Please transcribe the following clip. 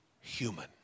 human